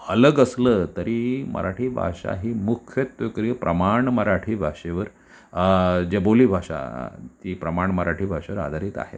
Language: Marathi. अलग असलं तरी मराठी भाषा ही मुख्य प्रमाण मराठी भाषेवर जे बोलीभाषा ती प्रमाण मराठी भाषेवर आधारित आहे